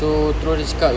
so terus dia cakap